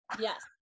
Yes